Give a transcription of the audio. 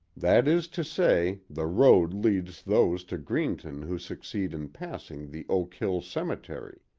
that is to say, the road leads those to greenton who succeed in passing the oak hill cemetery.